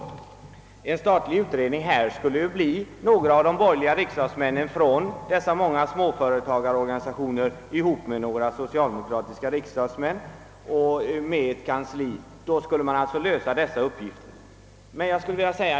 En statlig utredning av denna fråga skulle innebära att några av de borgerliga riksdagsmännen i egenskap av företrädare för de många småföretagarorganisationerna tillsammans med några socialdemokratiska riksdagsmän med hjälp av ett kansli skulle fullgöra nämnda arbete.